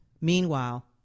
Meanwhile